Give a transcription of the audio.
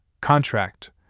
contract